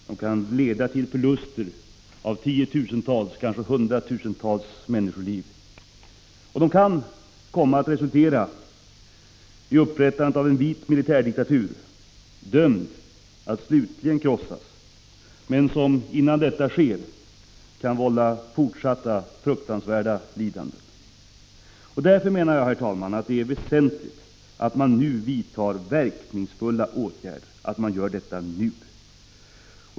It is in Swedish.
De kan leda till förlust av tiotusentals, kanske hundratusentals människoliv, och kan komma att resultera i upprättandet av en vit militärdiktatur. En militärdiktatur som är dömd att slutligen krossas men som, innan detta sker, kan vålla fortsatta fruktansvärda lidanden. Därför menar jag, herr talman, att det är väsentligt att man vidtar verkningsfulla åtgärder, och att man gör detta nu.